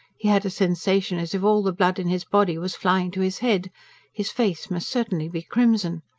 he had a sensation as if all the blood in his body was flying to his head his face must certainly be crimson.